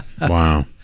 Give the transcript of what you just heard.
Wow